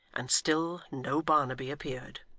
and still no barnaby appeared.